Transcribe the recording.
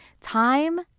Time